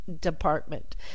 department